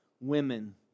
women